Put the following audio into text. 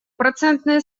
процентные